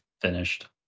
finished